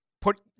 put